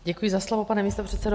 Děkuji za slovo, pane místopředsedo.